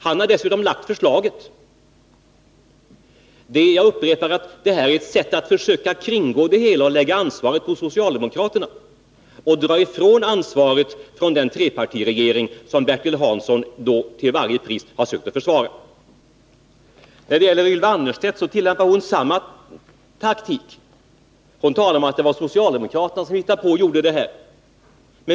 Han har nu lagt fram förslaget. Jag upprepar att Bertil Hansson försöker kringgå det hela. Han vill lägga ansvaret på socialdemokraterna och befria trepartiregeringen från ansvaret — den trepartiregering som Bertil Hansson till varje pris har försökt försvara. Ylva Annerstedt tillämpar samma taktik. Hon säger att det var socialdemokraterna som hittade på det här.